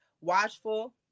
watchful